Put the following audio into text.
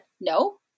No